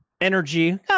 energy